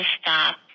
stop